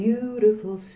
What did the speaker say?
Beautiful